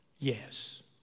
yes